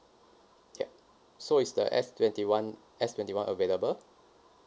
yup so is the S twenty one S twenty one available